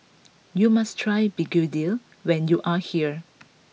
you must try Begedil when you are here